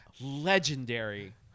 legendary